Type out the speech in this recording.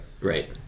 Right